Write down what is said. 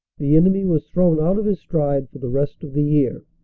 the enemy was thrown out of his stride for the rest of the year.